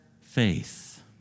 faith